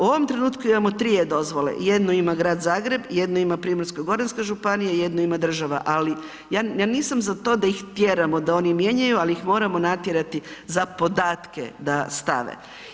U ovom trenutku imamo tri e-dozvole, jednu ima Grad Zagreb, jednu ima Primorsko-goranska županija, jednu ima država, ali ja nisam za to da ih tjeramo da oni mijenjaju, ali ih moramo natjerati za podatke da stave.